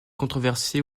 controversée